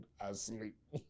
asleep